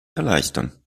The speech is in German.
erleichtern